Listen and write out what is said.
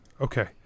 Okay